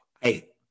Hey